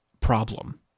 problem